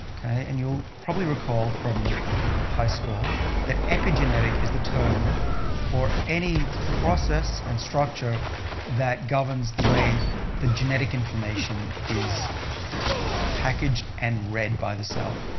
and you'll probably recall from high school that epigenetic is the term for any process and structure that governs the way the genetic information is packaged and read by the cell.